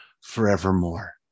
forevermore